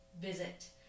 visit